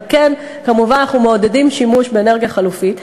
וכמובן אנחנו מעודדים שימוש באנרגיה חלופית,